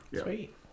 Sweet